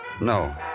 No